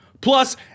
plus